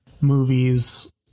movies